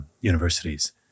universities